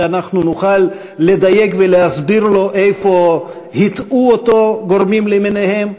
ונוכל לדייק ולהסביר לו איפה הטעו אותו גורמים למיניהם.